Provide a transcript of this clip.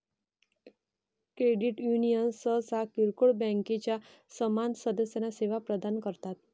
credit union सहसा किरकोळ बँकांच्या समान सदस्यांना सेवा प्रदान करतात